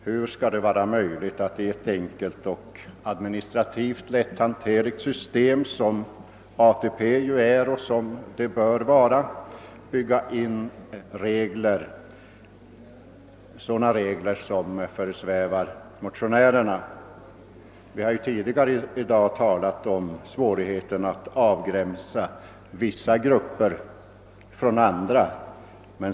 Hur skall det vara möjligt att i det enkla och administrativt lätthanterliga system som ATP är och bör vara bygga in sådana regler som föresvävar motionärerna? Vi har tidigare i dag talat om svårigheten att avgränsa vissa grupper från andra.